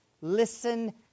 Listen